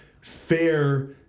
fair